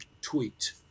tweet